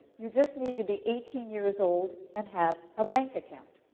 you just need to be eighteen years old and have a bank account.